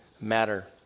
matter